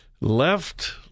left